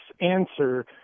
answer